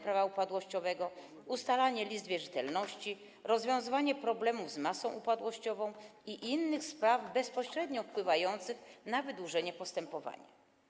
Prawa upadłościowego, ustalanie list wierzytelności, rozwiązywanie problemów z masą upadłościową i innych spraw bezpośrednio wpływających na wydłużenie postępowania.